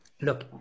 Look